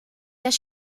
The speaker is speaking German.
das